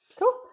Cool